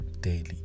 daily